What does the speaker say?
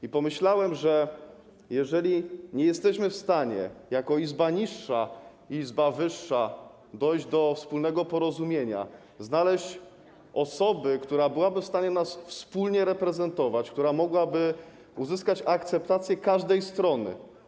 I pomyślałem, że jeżeli nie jesteśmy w stanie jako izba niższa i izba wyższa dojść do wspólnego porozumienia, znaleźć osoby, która byłaby w stanie nas wspólnie reprezentować, która mogłaby uzyskać akceptację każdej strony.